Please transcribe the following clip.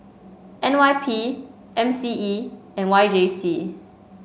N Y P M C E and Y J C